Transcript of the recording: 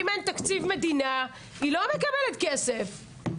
אם אין תקציב מדינה, היא לא מקבלת כסף.